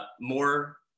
more